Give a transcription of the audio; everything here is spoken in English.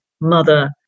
mother